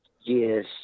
yes